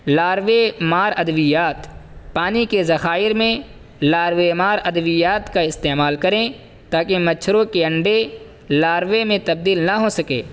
larvae مار ادویات پانی کے ذخائر میں لاروے مار ادویات کا استعمال کریں تاکہ مچھروں کے انڈے لاروے میں تبدیل نہ ہو سکیں